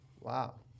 Wow